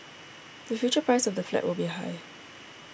the future price of the flat will be high